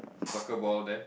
soccer ball there